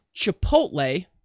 Chipotle